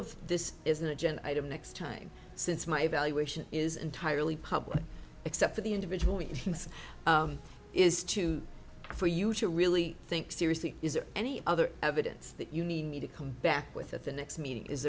of this is an agenda item next time since my evaluation is entirely public except for the individual and his is to for you to really think seriously is there any other evidence that you need me to come back with at the next meeting is